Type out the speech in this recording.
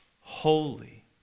Holy